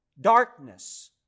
Darkness